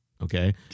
Okay